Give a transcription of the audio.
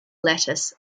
lattice